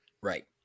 Right